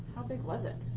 how big was it?